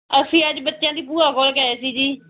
ਅਸੀਂ ਅੱਜ ਬੱਚਿਆਂ ਦੀ ਭੂਆ ਕੋਲ ਗਏ ਸੀ ਜੀ